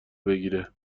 بگیره